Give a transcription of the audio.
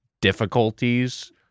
difficulties